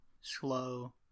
slow